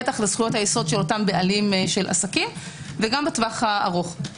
בטח לזכויות היסוד של אותם בעלים של עסקים וגם בטוח הארוך.